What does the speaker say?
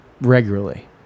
regularly